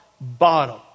bottom